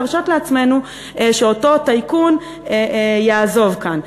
להרשות לעצמנו שאותו טייקון יעזוב כאן.